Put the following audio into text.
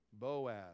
Boaz